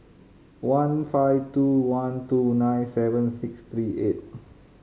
one five two one two nine seven six three eight